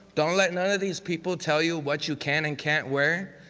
don't let none of these people tell you what you can and can't wear.